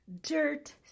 dirt